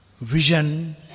vision